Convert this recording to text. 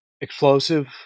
explosive